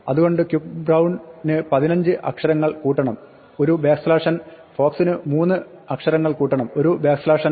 അതുകൊണ്ടാണ് quick brown ന് 15 അക്ഷരങ്ങൾ കൂട്ടണം ഒരു n fox ന് 3 അക്ഷരങ്ങൾ കൂട്ടണം ഒരു n